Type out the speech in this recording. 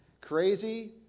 Crazy